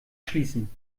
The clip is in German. schließen